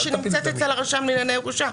כשהיא נמצאת אצל הרשם לענייני ירושה.